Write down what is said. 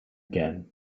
again